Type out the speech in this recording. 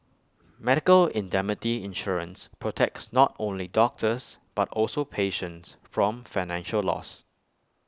medical indemnity insurance protects not only doctors but also patients from financial loss